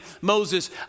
Moses